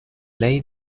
ley